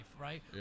right